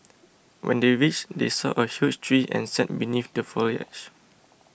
when they reached they saw a huge tree and sat beneath the foliage